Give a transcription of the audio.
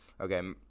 okay